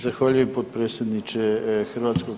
Zahvaljujem potpredsjedniče HS.